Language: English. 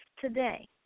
today